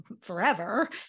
forever